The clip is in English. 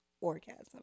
orgasm